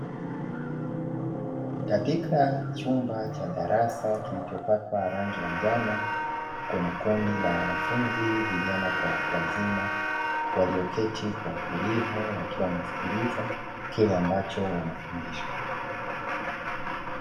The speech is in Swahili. Katika chumba cha darasa kilichopakwa rangi ya njano, kuna kundi la wanafunzi vijana kwa watu wazima. Waliyoketi kwa utulivu, wakiwa wanasikiliza kile ambacho wanafundishwa.